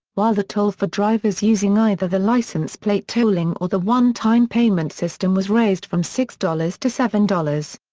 while the toll for drivers using either the license plate tolling or the one time payment system was raised from six dollars to seven dollars.